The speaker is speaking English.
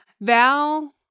Val